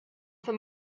für